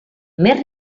més